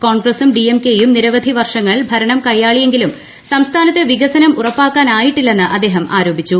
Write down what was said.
കോൺഗ്രസും ഡിഎംകെയും നിരവധി വർഷങ്ങൾ ഭരണം കയ്യാളിയെങ്കിലും സംസ്ഥാനത്ത് വികസം ഉറപ്പാക്കാനായിട്ടില്ലെന്ന് അദ്ദേഹം ആരോപിച്ചു